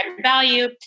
value